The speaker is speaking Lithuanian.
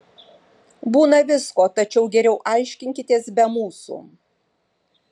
būna visko tačiau geriau aiškinkitės be mūsų